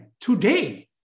Today